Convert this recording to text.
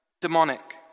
demonic